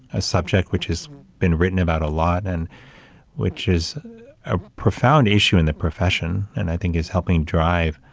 a subject which has been written about a lot and which is a profound issue in the profession, and i think is helping drive,